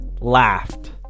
laughed